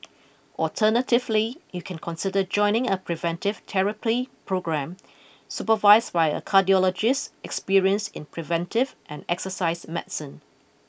alternatively you can consider joining a preventive therapy programme supervised by a cardiologist experienced in preventive and exercise medicine